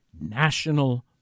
national